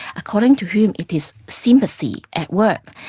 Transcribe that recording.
according to hume it is sympathy at work,